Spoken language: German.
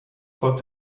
folgt